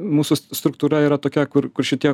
mūsų struktūra yra tokia kur kur šitie